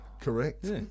Correct